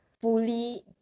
fully